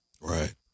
Right